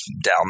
down